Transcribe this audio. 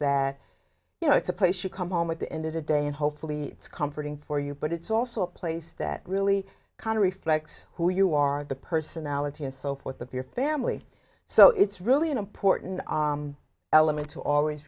that you know it's a place you come home with the end of the day and hopefully it's comforting for you but it's also a place that really kind of reflects who you are the personality and so forth that your family so it's really an important element to always